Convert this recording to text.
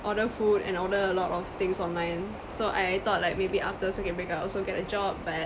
order food and order a lot of things online so I thought like maybe after circuit breaker I'll also get a job but